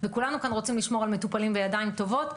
וכולנו כאן רוצים לשמור על המטופלים בידיים טובות.